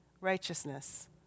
righteousness